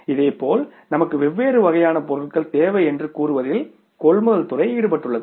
இதேபோல் நமக்கு வெவ்வேறு வகையான பொருட்கள் தேவை என்று கூறுவதில் கொள்முதல் துறை ஈடுபட்டுள்ளது